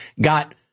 got